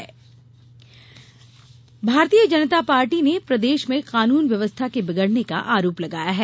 भाजपा आंदोलन भारतीय जनता पार्टी ने प्रदेश में कानून व्यवस्था के बिगडने का आरोप लगाया है